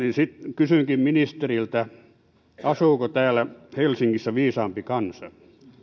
kysynkin ministeriltä asuuko täällä helsingissä viisaampi kansa